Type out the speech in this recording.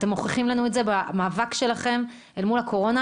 אתם מוכיחים לנו את זה במאבק שלכם אל מול הקורונה,